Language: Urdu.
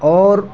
اور